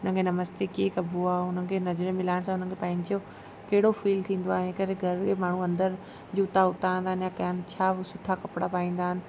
हुनखे नमस्ते कीअं कबो आहे हुनखे नज़रे मिलाइण सां हुनखे पंहिंजो कहिड़ो फ़ील थींदो आहे हिनकरे घर जे माण्हू अंदरि जूता उतारंदा कनि छा सुठा कपिड़ा पाईंदा आहिनि